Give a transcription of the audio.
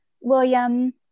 William